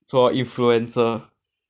做 influencer